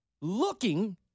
looking